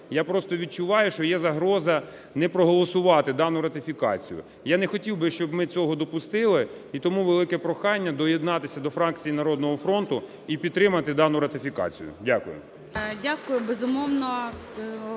я просто відчуваю, що є загроза не проголосувати дану ратифікацію. Я не хотів би, щоб ми цього допустили. І тому велике прохання доєднатися до фракції "Народного фронту" і підтримати дану ратифікацію. Дякую. ГОЛОВУЮЧИЙ. Дякую. Безумовно,